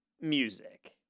music